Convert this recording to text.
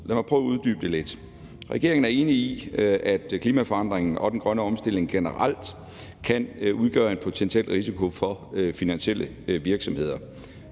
Lad mig prøve at uddybe det lidt. Regeringen er enig i, at klimaforandringerne og den grønne omstilling generelt kan udgøre en potentiel risiko for finansielle virksomheder.